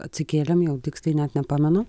atsikėlėm jau tiksliai net nepamenu